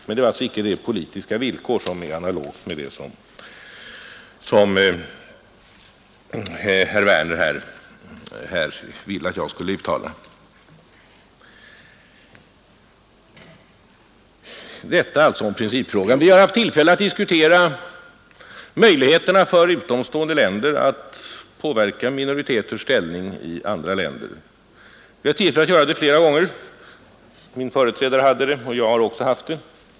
Men det är alltså icke ett politiskt villkor som är analogt med det som herr Werner här vill att jag skulle uttala mig om. Detta om principfrågan. Vi har flera gånger haft tillfälle att diskutera möjligheterna för utomstående länder att påverka minoriteters ställning i andra länder. Min företrädare hade tillfälle att diskutera detta, och jag har också haft det.